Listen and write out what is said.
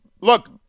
Look